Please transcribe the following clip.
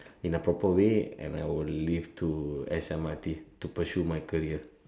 in a proper way and I will leave to S_M_R_T to pursue my career